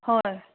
হয়